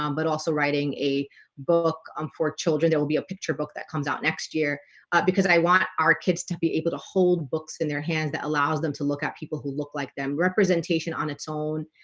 um but also writing a book um for children there will be a picture book that comes out next year because i want our kids to be able to hold books in their hands that allows them to look at people who look like them representation on its own